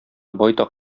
байтак